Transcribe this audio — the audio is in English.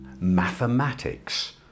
mathematics